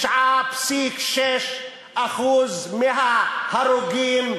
ש-99.6% מההרוגים,